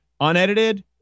unedited